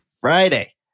Friday